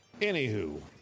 Anywho